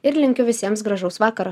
ir linkiu visiems gražaus vakaro